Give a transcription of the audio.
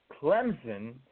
Clemson